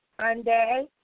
Sunday